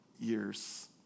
years